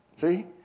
see